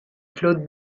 claude